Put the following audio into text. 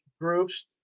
groups